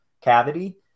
cavity